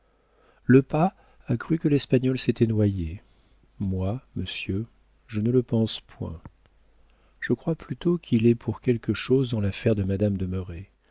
rattrapé lepas a cru que l'espagnol s'était noyé moi monsieur je ne le pense point je crois plutôt qu'il est pour quelque chose dans l'affaire de madame de